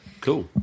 Cool